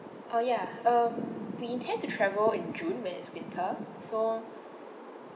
oh ya um we intend to travel in june when it's winter so